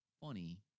funny